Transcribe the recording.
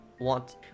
want